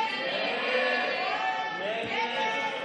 ההסתייגות (177)